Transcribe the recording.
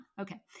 okay